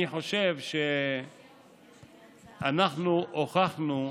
אני חושב שאנחנו הוכחנו,